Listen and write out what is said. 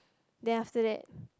then after that